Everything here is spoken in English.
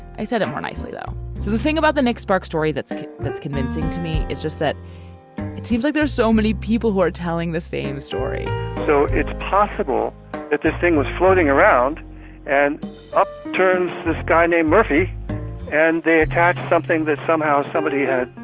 i said it more nicely, though. so the thing about the nikbakht story that's that's convincing to me is just that it seems like there's so many people who are telling the same story so it's possible that this thing was floating around and upturns this guy named murphy and they attached something that somehow somebody had